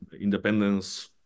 independence